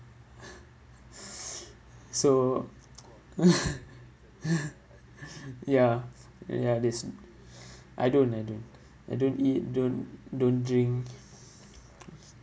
so ya ya this I don't I don't I don't eat don't don't drink